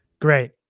Great